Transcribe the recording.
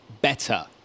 better